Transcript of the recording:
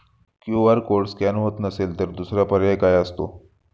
QR code scan होत नसेल तर दुसरा पर्याय काय असतो?